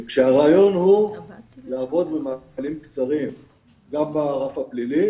הרעיון הוא לעבוד במעגלים קצרים גם ברף הפלילי